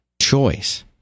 choice